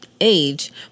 age